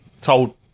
Told